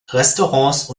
restaurants